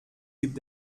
gibt